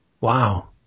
Wow